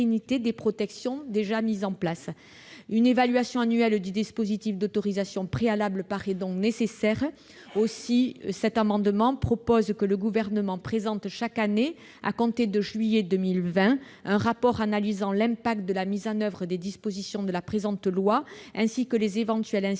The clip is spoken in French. des protections déjà mises en places. Une évaluation annuelle du dispositif d'autorisation préalable paraît donc nécessaire. Aussi est-il proposé que le Gouvernement présente chaque année, à compter de juillet 2020, un rapport analysant l'impact de la mise en oeuvre des dispositions de la présente loi ainsi que ses éventuelles incidences